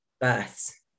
births